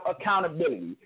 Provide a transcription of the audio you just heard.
accountability